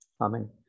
Amen